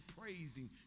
praising